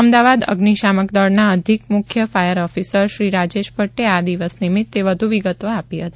અમદાવાદ અગ્નિશામક દળના અધિક મુખ્ય ફાયર ઓફિસર શ્રી રાજેશ ભટ્ટે આ દિવસે નિમિત્તે વધુ વિગતો આપી હતી